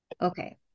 Okay